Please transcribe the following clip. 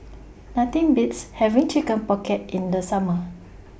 Nothing Beats having Chicken Pocket in The Summer